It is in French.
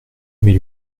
mais